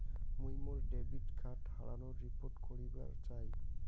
মুই মোর debit card হারানোর রিপোর্ট করিবার চাই